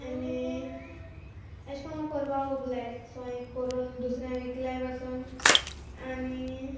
आनी एशेको म्हाका कोरपा खूब लायक सो हांयें करून दुसऱ्या विकल्यांय बसून आनी